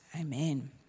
amen